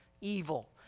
evil